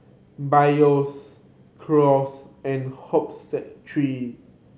Biore Crocs and Hoops Factory